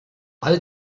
all